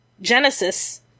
Genesis